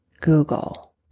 Google